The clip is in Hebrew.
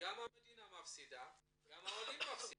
גם המדינה מפסידה וגם העולים מפסידים.